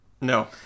no